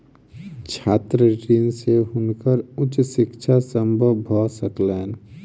छात्र ऋण से हुनकर उच्च शिक्षा संभव भ सकलैन